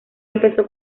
empezó